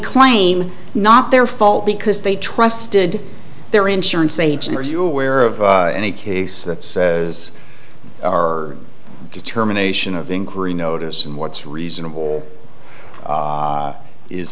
claim not their fault because they trusted their insurance agent are you aware of any case that is or determination of inquiry notice and what's reasonable